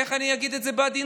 איך אני אגיד את זה בעדינות?